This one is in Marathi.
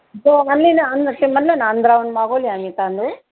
जो आणली ना आण ते म्हणलं ना आंध्रावरून मागवली आम्ही तांदूळ